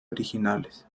originales